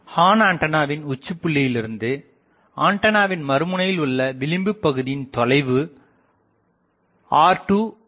horn ஆண்டனாவின் உச்சிபுள்ளியிலிருந்து ஆண்டானவின் மறுமுனையில் உள்ள விளிம்பு பகுதியின் தொலைவு R2 ஆகும்